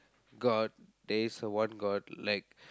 god there is one god like